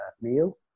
meal